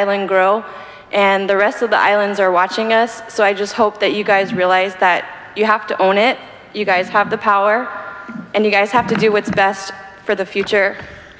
island grow and the rest of the islands are watching us so i just hope that you guys realize that you have to own it you guys have the power and you guys have to do what's best for the future